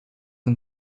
and